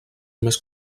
més